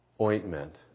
ointment